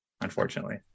unfortunately